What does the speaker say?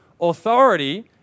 Authority